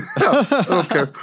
Okay